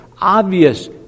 Obvious